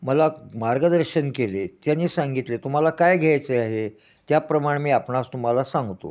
मला मार्गदर्शन केले त्यानी सांगितले तुम्हाला काय घ्यायचे आहे त्याप्रमाणे मी आपणास तुम्हाला सांगतो